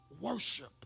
worship